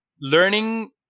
learning